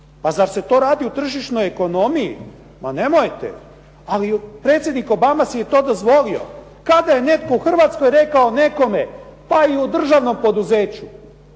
Pa zar se to radi u tržišnoj ekonomiji, ma nemojte. Ali predsjednik Obama si je to dozvolio. Kada je netko u Hrvatskoj rekao nekome, pa i u državnom poduzeću